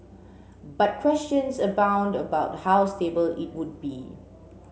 but questions abound about how stable it would be